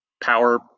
power